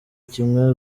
kimwe